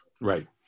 Right